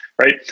right